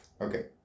okay